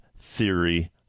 theory